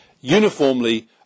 uniformly